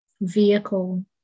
vehicle